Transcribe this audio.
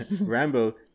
Rambo